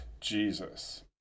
Jesus